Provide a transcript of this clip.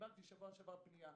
קיבלתי בשבוע שעבר פנייה.